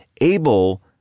able